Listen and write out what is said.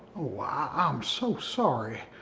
ah i'm so sorry.